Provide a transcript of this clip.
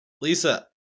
Lisa